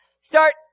start